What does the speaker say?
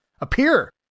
appear